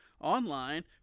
online